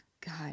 God